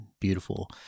beautiful